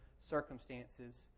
circumstances